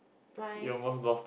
my